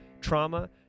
trauma